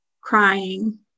crying